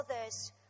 others